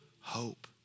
hope